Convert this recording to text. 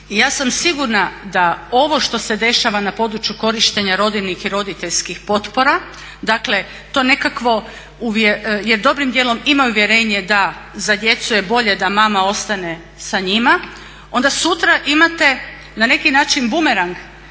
ja sam sigurna da ovo što se dešava na području korištenja rodiljnih i roditeljskih potpora, dakle to nekakvo je dobrim dijelom ima uvjerenje da za djecu je bolje da mama ostane sa njima, onda sutra imate na neki način bumerang.